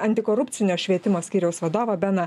antikorupcinio švietimo skyriaus vadovą beną